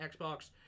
Xbox